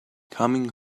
coming